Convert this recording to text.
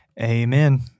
Amen